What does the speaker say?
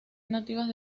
nativas